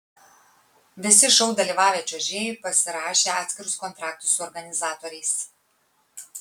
visi šou dalyvavę čiuožėjai pasirašė atskirus kontraktus su organizatoriais